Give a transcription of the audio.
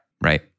Right